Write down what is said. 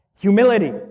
humility